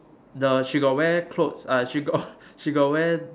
the she got wear clothes uh she got she got wear